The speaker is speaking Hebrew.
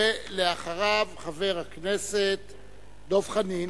ואחריו, חבר הכנסת דב חנין.